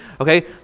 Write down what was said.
okay